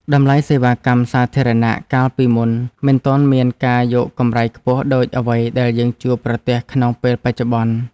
តម្លៃសេវាកម្មសាធារណៈកាលពីមុនមិនទាន់មានការយកកម្រៃខ្ពស់ដូចអ្វីដែលយើងជួបប្រទះក្នុងពេលបច្ចុប្បន្ន។